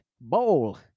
bowl